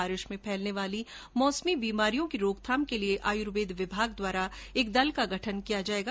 बारिश में फैलने वाली मौसमी बीमारियों की रोकथाम के लिए आयुर्वेद विभाग द्वारा एक दल का गठन किया जायेगा